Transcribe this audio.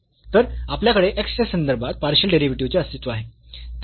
तर आपल्याकडे x च्या संदर्भात पार्शियल डेरिव्हेटिव्हचे अस्तित्व आहे